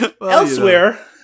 Elsewhere